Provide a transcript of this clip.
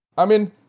i mean.